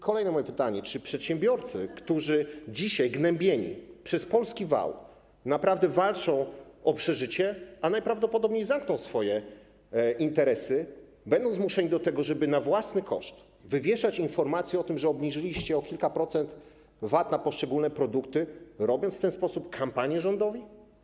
Kolejne moje pytanie: Czy przedsiębiorcy - którzy dzisiaj, gnębieni przez polski wał, naprawdę walczą o przeżycie, a najprawdopodobniej zamkną swoje interesy - będą zmuszeni do tego, żeby na własny koszt wywieszać informacje o tym, że obniżyliście o kilka procent VAT na poszczególne produkty, robiąc w ten sposób kampanię rządowi?